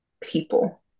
people